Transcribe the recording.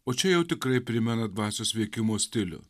o čia jau tikrai primena dvasios veikimo stilių